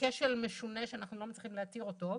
קשר משונה שאנחנו לא מצליחים להתיר אותו.